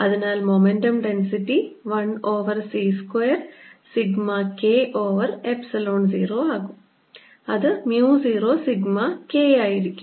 അതിനാൽ momentum density 1 over c square sigma K over Epsilon 0 ആകും അത് mu 0 സിഗ്മ K ആയിരിക്കും